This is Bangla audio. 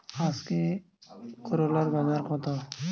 আজকে করলার বাজারদর কত?